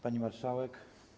Pani Marszałek!